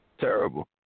terrible